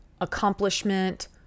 accomplishment